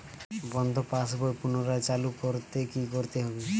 বন্ধ পাশ বই পুনরায় চালু করতে কি করতে হবে?